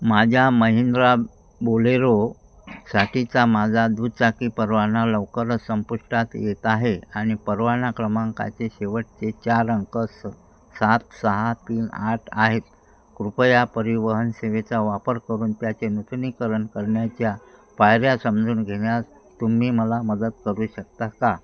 माझ्या महिंद्रा बोलेरो साठीचा माझा दुचाकी परवाना लवकरच संपुष्टात येत आहे आणि परवाना क्रमांकाचे शेवटचे चार अंक स सात सहा तीन आठ आहेत कृपया परिवहन सेवेचा वापर करून त्याचे नूतनीकरण करण्याच्या पायऱ्या समजून घेण्यास तुम्ही मला मदत करू शकता का